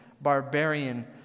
barbarian